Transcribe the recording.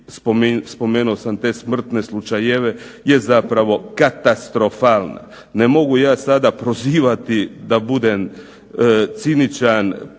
spomenuo sam te smrtne slučajeve, je zapravo katastrofalna. Ne mogu ja sada prozivati, da budem ciničan,